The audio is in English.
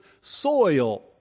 soil